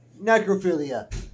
necrophilia